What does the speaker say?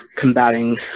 combating